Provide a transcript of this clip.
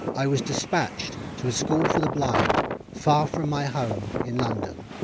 i was despatched to a school for the blind far from my home in london.